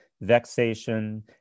vexation